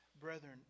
brethren